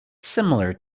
similar